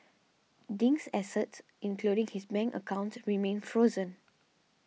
Ding's assets including his bank accounts remain frozen